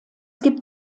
gibt